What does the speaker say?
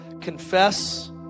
confess